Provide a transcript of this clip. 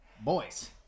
boys